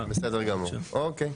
בסדר גמור, אוקיי.